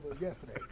yesterday